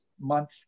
month